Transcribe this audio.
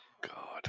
God